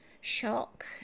shock